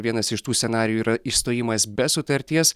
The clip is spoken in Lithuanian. vienas iš tų scenarijų yra išstojimas be sutarties